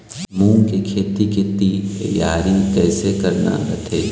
मूंग के खेती के तियारी कइसे करना रथे?